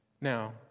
Now